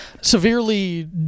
severely